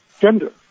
gender